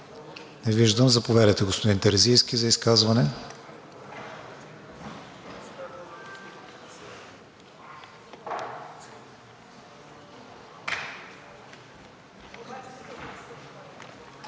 Не виждам. Заповядайте, господин Терзийски, за изказване.